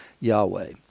Yahweh